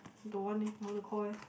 don't want leh I want to call eh